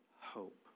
Hope